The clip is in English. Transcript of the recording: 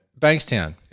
Bankstown